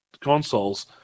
consoles